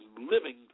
living